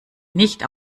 nicht